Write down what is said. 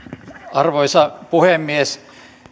arvoisa puhemies